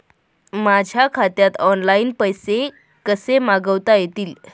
माझ्या खात्यात ऑनलाइन पैसे कसे मागवता येतील?